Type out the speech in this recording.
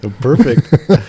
perfect